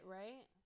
right